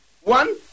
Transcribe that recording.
one